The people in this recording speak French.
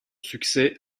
succès